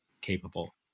capable